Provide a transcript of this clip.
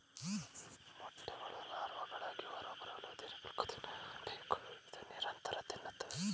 ಮೊಟ್ಟೆಗಳು ಲಾರ್ವಾಗಳಾಗಿ ಹೊರಬರಲು ಹದಿನಾಲ್ಕುದಿನ ಬೇಕು ಇದು ನಿರಂತರವಾಗಿ ತಿನ್ನುತ್ತದೆ